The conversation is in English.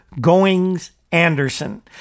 Goings-Anderson